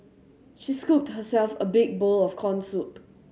she scooped herself a big bowl of corn soup